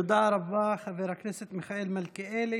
תודה רבה, חבר הכנסת מיכאל מלכיאלי.